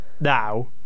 now